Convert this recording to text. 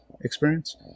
experience